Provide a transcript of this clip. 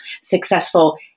successful